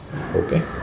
Okay